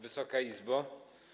Wysoka Izbo!